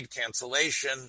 cancellation